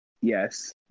Yes